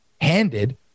handed